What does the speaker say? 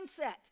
mindset